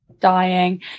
dying